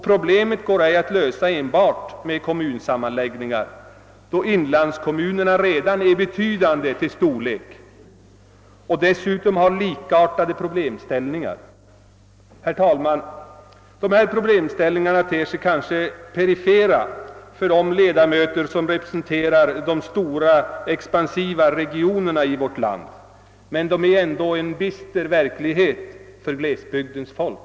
Problemet går ej att lösa enbart med kommunsammanläggningar, eftersom inlandskommunerna till sin storlek redan är betydande och dessutom brottas med likartade problem. Herr talman! De berörda problemställningarna kanske ter sig perifera för de ledamöter som representerar de stora, expansiva regionerna i vårt land, men de utgör ändå en bister verklighet för glesbygdens folk.